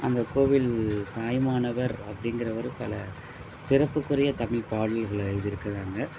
அந்தக் கோவில் தாயுமானவர் அப்டிங்கிறவர் பல சிறப்புக்குரிய தமிழ் பாடல்களை எழுதிருக்கறாங்க